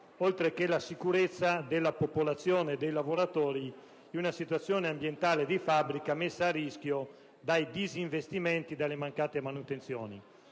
oltre che la sicurezza della popolazione e dei lavoratori, in una situazione ambientale di fabbrica messa a rischio dai disinvestimenti e dalle mancate manutenzioni.